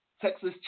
Texas